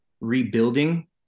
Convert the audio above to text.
rebuilding